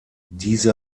diese